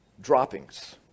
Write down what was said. droppings